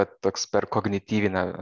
vat toks per kognityvinę